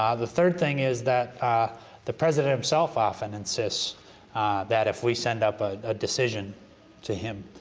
ah the third thing is that the president himself often insists that if we send up a decision to him,